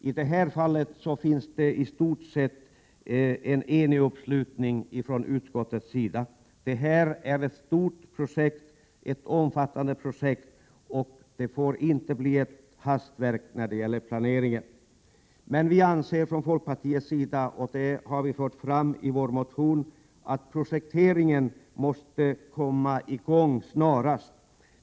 I det här fallet finns det en i stort sett enig uppslutning från utskottets sida. Det här är ett omfattande projekt, och det får inte bli ett hastverk i fråga om planeringen. Vi anser från folkpartiets sida — och det har vi framhållit i vår motion — att projekteringen måste komma i gång snarast.